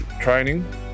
training